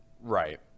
Right